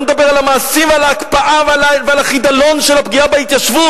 אני לא מדבר על המעשים ועל ההקפאה ועל החידלון של הפגיעה בהתיישבות,